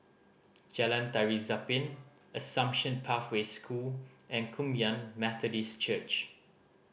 Jalan Tari Zapin Assumption Pathway School and Kum Yan Methodist Church